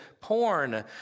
porn